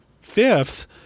fifth